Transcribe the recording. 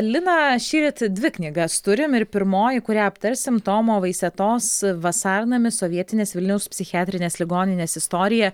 lina šįryt dvi knygas turim ir pirmoji kurią aptarsim tomo vaisetos vasarnamis sovietinės vilniaus psichiatrinės ligoninės istorija